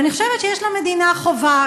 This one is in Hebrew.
ואני חושבת שיש למדינה חובה,